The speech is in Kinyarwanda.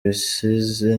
bisize